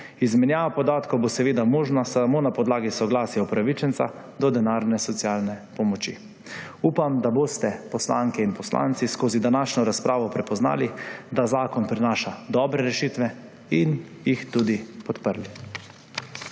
Izmenjava podatkov bo seveda možna samo na podlagi soglasja upravičenca do denarne socialne pomoči. Upam, da boste poslanke in poslanci skozi današnjo razpravo prepoznali, da zakon prinaša dobre rešitve, in jih tudi podprli.